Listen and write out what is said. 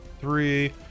three